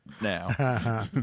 now